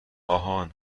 آهان